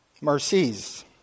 Mercies